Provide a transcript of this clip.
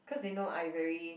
cause they know I very